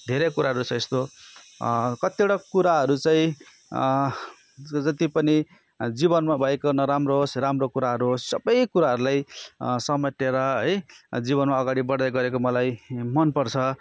धेरै कुराहरू छ यस्तो कतिवटा कुराहरू चाहिँ जो जति पनि जीवनमा भएको नराम्रो होस् राम्रो कुराहरू होस् सबै कुराहरूलाई समेटेर है जीवनमा अगाडि बढ्दै गरेको मलाई मनपर्छ